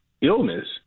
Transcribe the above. illness